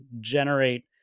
generate